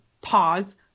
Pause